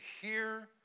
hear